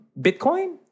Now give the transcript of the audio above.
Bitcoin